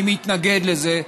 אני מתנגד לזה,